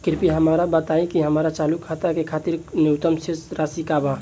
कृपया हमरा बताइ कि हमार चालू खाता के खातिर न्यूनतम शेष राशि का बा